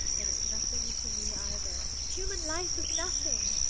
it is nothing to me either. human life is nothing!